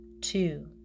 Two